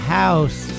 house